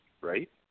right